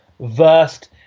versed